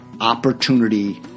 opportunity